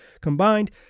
combined